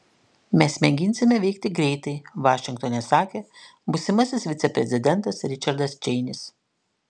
mes mėginsime veikti greitai vašingtone sakė būsimasis viceprezidentas ričardas čeinis